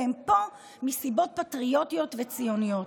והן פה מסיבות פטריוטיות וציוניות.